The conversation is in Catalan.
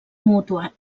mútua